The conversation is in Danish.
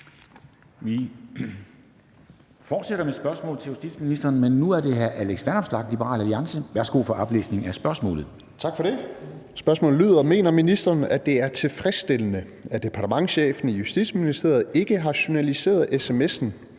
Vi fortsætter med spørgsmål til justitsministeren, men nu er det af hr. Alex Vanopslagh, Liberal Alliance. Kl. 13:08 Spm. nr. S 252 2) Til justitsministeren af: Alex Vanopslagh (LA): Mener ministeren, at det er tilfredsstillende, at departementschefen i Justitsministeriet ikke har journaliseret sms’en